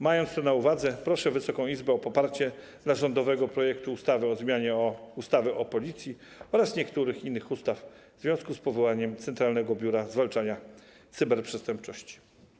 Mając to na uwadze, proszę Wysoką Izbę o poparcie rządowego projektu ustawy o zmianie ustawy o Policji oraz niektórych innych ustaw w związku z powołaniem Centralnego Biura Zwalczania Cyberprzestępczości.